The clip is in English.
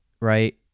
right